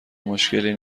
مشکلی